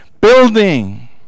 building